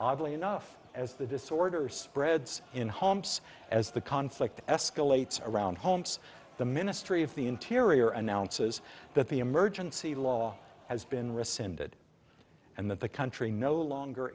oddly enough as the disorder spreads in homes as the conflict escalates around homes the ministry of the interior announces that the emergency law has been rescinded and that the country no longer